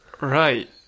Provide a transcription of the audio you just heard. Right